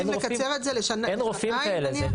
אין רופאים כאלה.